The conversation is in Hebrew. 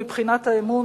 מבחינת האמון,